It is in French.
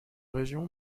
région